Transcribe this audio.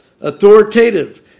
authoritative